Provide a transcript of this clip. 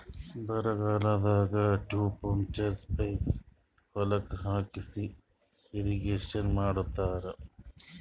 ಬರಗಾಲದಾಗ tube pump spray ಹೊಲಕ್ಕ್ ಹಾಕಿಸಿ ಇರ್ರೀಗೇಷನ್ ಮಾಡ್ಸತ್ತರ